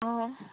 অঁ